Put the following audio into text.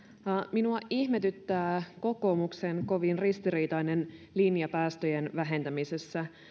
minua ihmetyttää kokoomuksen kovin ristiriitainen linja päästöjen vähentämisessä